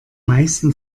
meisten